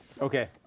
Okay